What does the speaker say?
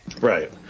right